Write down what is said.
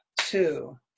two